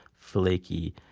flaky,